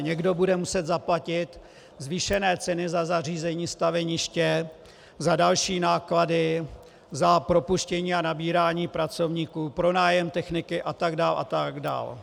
Někdo bude muset zaplatit zvýšené ceny za zařízení, staveniště, za další náklady, za propuštění a nabírání pracovníků, pronájem techniky atd.